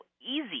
easy